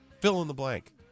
fill-in-the-blank